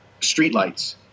streetlights